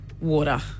water